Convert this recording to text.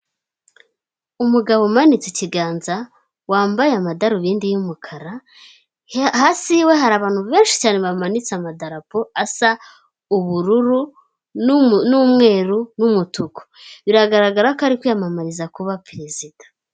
Umugabo umanitse ikiganza wambaye amadarubindi y'umukara hasi yiwe hari abantu benshi cyane bamanitse amadarapo asa ubururu n'umweru n'umutuku. Biragaragara ko ari kwiyamamariza kuba perezida.